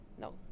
No